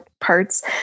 parts